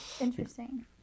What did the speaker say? interesting